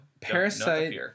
Parasite